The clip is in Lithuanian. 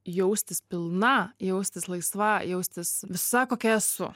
jaustis pilna jaustis laisva jaustis visa kokia esu